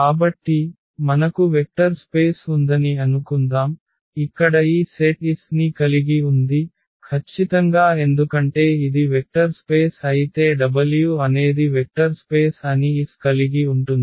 కాబట్టి మనకు vector space ఉందని అనుకుందాం ఇక్కడ ఈ సెట్ S ని కలిగి ఉంది ఖచ్చితంగా ఎందుకంటే ఇది వెక్టర్ స్పేస్ అయితే w అనేది వెక్టర్ స్పేస్ అని S కలిగి ఉంటుంది